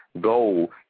goal